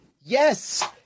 Yes